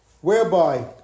whereby